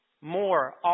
more